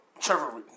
Trevor